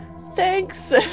thanks